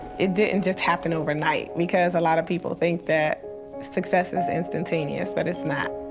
it didn't just happen overnight because a lot of people think that success is instantaneous but it's not.